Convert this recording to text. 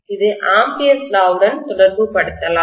இது Ampere's law Ampere's law உடன் தொடர்புபடுத்தப்படலாம்